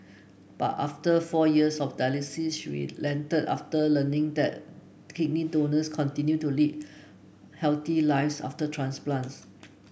but after four years of dialysis she relented after learning that kidney donors continue to lead healthy lives after transplants